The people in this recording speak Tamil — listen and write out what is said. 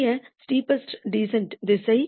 புதிய ஸ்டெப்பஸ்ட் டீசன்ட் திசை